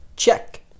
Check